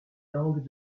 langues